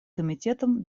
комитетом